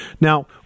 Now